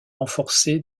renforcé